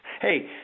Hey